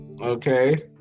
Okay